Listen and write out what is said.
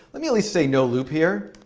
let me at least say, no loop here.